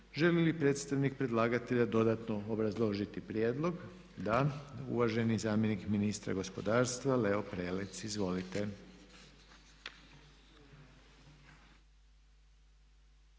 Želi li predstavnik predlagatelja dodatno obrazložiti prijedlog? Da. Uvaženi zamjenik ministra gospodarstva Leo Prelec. Izvolite.